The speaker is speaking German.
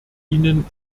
ihnen